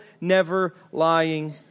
never-lying